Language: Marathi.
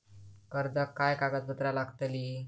कर्जाक काय कागदपत्र लागतली?